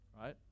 right